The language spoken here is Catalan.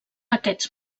aquests